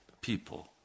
people